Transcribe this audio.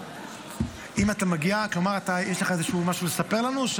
אם אתה מגיע, כלומר יש לך משהו לספר לנו?